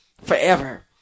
forever